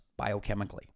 biochemically